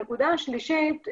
הנקודה השלישית,